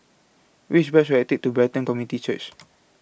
Which Bus should I Take to Brighton Community Church